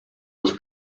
los